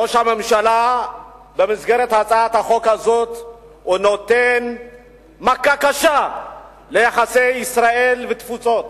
ראש הממשלה במסגרת הצעת החוק הזאת נותן מכה קשה ליחסי ישראל והתפוצות.